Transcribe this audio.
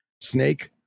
snake